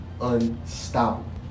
unstoppable